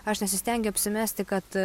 aš nesistengiu apsimesti kad